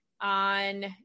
on